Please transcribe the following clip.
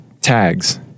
tags